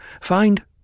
find